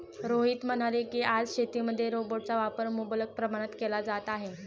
रोहित म्हणाले की, आज शेतीमध्ये रोबोटचा वापर मुबलक प्रमाणात केला जात आहे